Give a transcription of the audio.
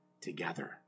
together